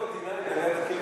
D9 ליד הקבר,